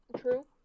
True